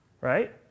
right